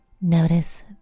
Notice